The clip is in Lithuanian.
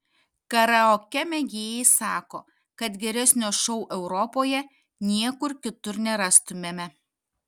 karaoke mėgėjai sako kad geresnio šou europoje niekur kitur nerastumėme